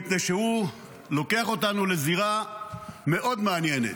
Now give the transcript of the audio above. מפני שהוא לוקח אותנו לזירה מאוד מעניינת.